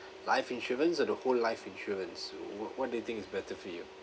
life insurance or the whole life insurance what what do you think is better for you